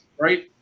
right